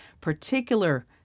particular